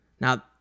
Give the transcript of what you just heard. now